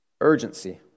Urgency